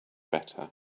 better